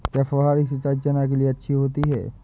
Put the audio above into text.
क्या फुहारी सिंचाई चना के लिए अच्छी होती है?